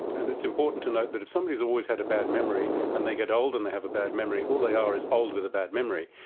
and it's important to note that if somebody has always had a bad memory and they get old and they have a bad memory, all they are is old with a bad memory.